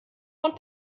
von